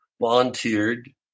volunteered